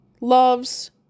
loves